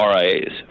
RIAs